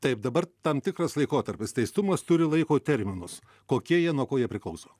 taip dabar tam tikras laikotarpis teistumas turi laiko terminus kokie jie nuo ko jie priklauso